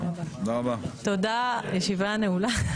תודה, הישיבה נעולה.